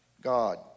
God